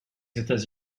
états